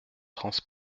trans